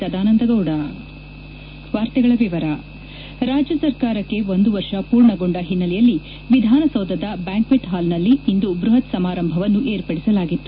ಸದಾನಂದ ಗೌಡ ರಾಜ್ಞ ಸರ್ಕಾರಕ್ಷೆ ಒಂದು ವರ್ಷ ಪೂರ್ಣಗೊಂಡ ಹಿನ್ನೆಲೆಯಲ್ಲಿ ವಿಧಾನಸೌಧದ ಬ್ಲಾಂಕ್ಷೆಂಟ್ ಹಾಲ್ನಲ್ಲಿ ಬೃಹತ್ ಸಮಾರಂಭವನ್ನು ಏರ್ಪಡಿಸಲಾಗಿತ್ತು